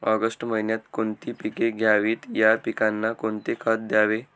August महिन्यात कोणती पिके घ्यावीत? या पिकांना कोणते खत द्यावे?